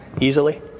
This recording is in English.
easily